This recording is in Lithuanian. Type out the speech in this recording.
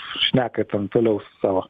šneka ten toliau savo